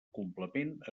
complement